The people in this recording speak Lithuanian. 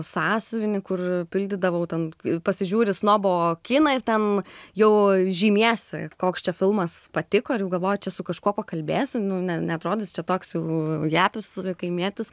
sąsiuvinį kur pildydavau ten pasižiūri snobo kiną ir ten jau žymiesi koks čia filmas patiko ir jau galvoji čia su kažkuo pakalbėsi ne neatrodysi čia toks jau japis kaimietis